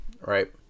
right